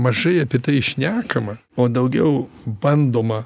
mažai apie tai šnekama o daugiau bandoma